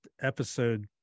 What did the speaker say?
episode